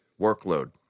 workload